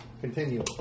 Continue